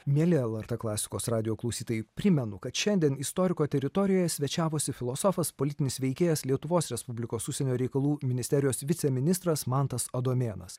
mieli lrt klasikos radijo klausytojai primenu kad šiandien istoriko teritorijoje svečiavosi filosofas politinis veikėjas lietuvos respublikos užsienio reikalų ministerijos viceministras mantas adomėnas